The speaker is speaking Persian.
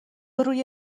روی